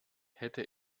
hätte